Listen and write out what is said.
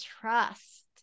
trust